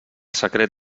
secret